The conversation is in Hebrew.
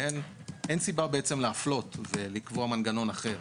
אין סיבה להפלות ולקבוע מנגנון אחר.